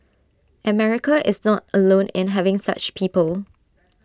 America is not alone in having such people